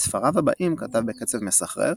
את ספריו הבאים כתב בקצב מסחרר,